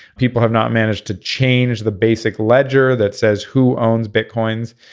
people have not managed to change the basic ledger that says who owns bitcoins.